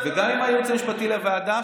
וגם עם הייעוץ המשפטי לוועדה,